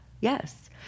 yes